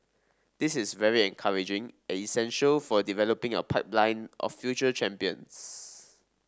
this is very encouraging and essential for developing our pipeline of future champions